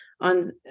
on